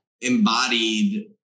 embodied